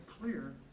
clear